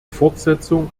fortsetzung